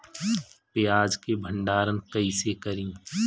प्याज के भंडारन कईसे करी?